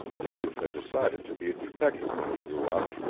the youth had decided to be a detective when he grew up.